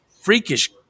freakish